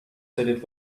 they